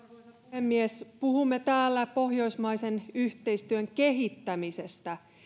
puhemies puhumme täällä pohjoismaisen yhteistyön kehittämisestä